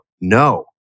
no